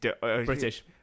British